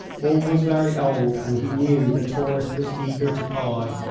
all was very old, and he knew the tourist was eager to buy.